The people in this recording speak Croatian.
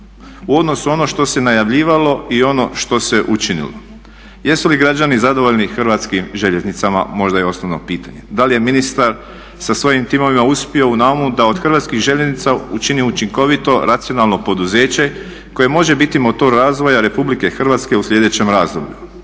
u odnosu ono što se najavljivalo i ono što se učinilo. Jesu li građani zadovoljni hrvatskim željeznicama možda je osnovno pitanje? Da li je ministar sa svojim timovima uspio u naumu da od hrvatskih željeznica učini učinkovito, racionalno poduzeće koje može biti motor razvoja Republike Hrvatske u sljedećem razdoblju.